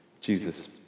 Jesus